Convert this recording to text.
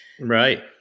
Right